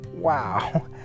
Wow